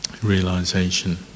Realization